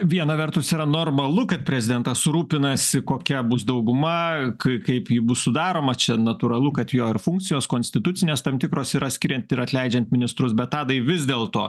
viena vertus yra normalu kad prezidentas rūpinasi kokia bus dauguma kaip ji bus sudaroma čia natūralu kad jo ir funkcijos konstitucinės tam tikros yra skiriant ir atleidžiant ministrus bet tadai vis dėlto